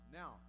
now